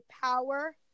power